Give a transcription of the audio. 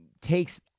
takes